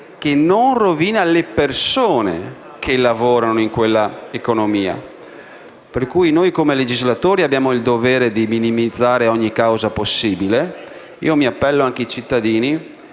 che non rovina le persone che lavorano in quella economia. Quindi, noi come legislatori abbiamo il dovere di minimizzare ogni causa possibile, ma mi appello anche ai cittadini